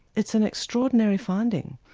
it's an extraordinary finding.